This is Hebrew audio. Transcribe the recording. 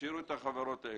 תשאירו את החברות האלה.